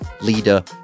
leader